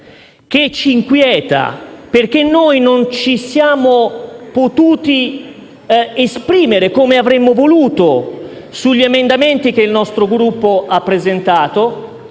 che ci inquieta, perché non ci siamo potuti esprimere come avremmo voluto sugli emendamenti che il nostro Gruppo ha presentato.